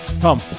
Tom